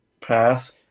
path